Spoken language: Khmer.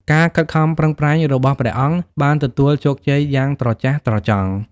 ការខិតខំប្រឹងប្រែងរបស់ព្រះអង្គបានទទួលជោគជ័យយ៉ាងត្រចះត្រចង់។